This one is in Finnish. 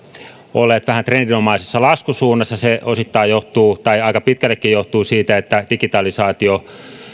olleet vähän trendinomaisessa laskusuunnassa se osittain johtuu tai aika pitkällekin johtuu siitä että digitalisaatio